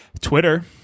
Twitter